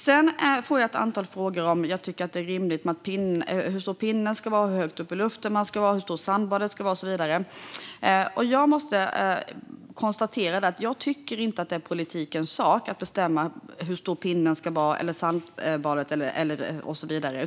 Jag får också ett antal frågor om hur stor pinnen ska vara, hur högt upp i luften den ska vara, hur stort sandbadet ska vara och så vidare. Jag tycker inte att det är politikens sak att bestämma hur stor pinnen eller sandbadet ska vara.